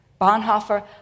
Bonhoeffer